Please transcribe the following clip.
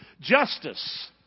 Justice